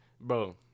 Bro